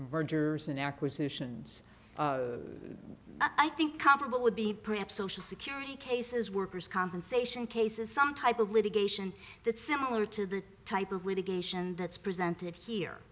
birders an acquisition i think comparable would be perhaps social security cases worker's compensation cases some type of litigation that's similar to the type of litigation that's presented here